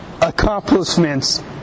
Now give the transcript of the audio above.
accomplishments